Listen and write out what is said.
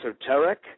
esoteric